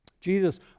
Jesus